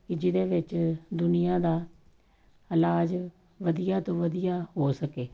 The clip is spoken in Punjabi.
ਪੀ ਜਿਹਦੇ ਵਿੱਚ ਦੁਨੀਆਂ ਦਾ ਇਲਾਜ ਵਧੀਆ ਤੋਂ ਵਧੀਆ ਹੋ ਸਕੇ